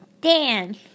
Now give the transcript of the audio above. Dan